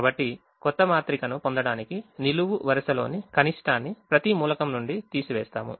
కాబట్టి క్రొత్త మాత్రిక ను పొందడానికి నిలువు వరుసలో కనిష్టాన్ని ప్రతి మూలకం నుండి తీసివేస్తాము